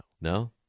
No